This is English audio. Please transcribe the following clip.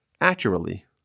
accurately